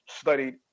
studied